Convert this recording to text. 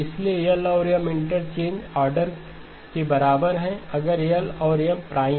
इसलिए L और M interchange order के बराबर हैं अगर L और M प्राइम हैं